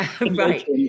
Right